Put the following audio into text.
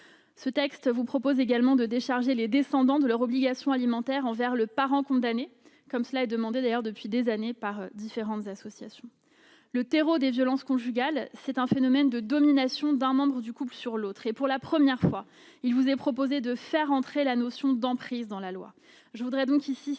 Ce texte vise également à prévoir de décharger les descendants de leur obligation alimentaire envers le parent condamné, comme cela est demandé d'ailleurs depuis des années par différentes associations. Le terreau des violences conjugales est un phénomène de domination d'un membre du couple sur l'autre. Pour la première fois, il vous est proposé de faire entrer la notion d'emprise dans la loi. Je voudrais donc ici saluer